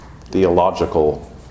theological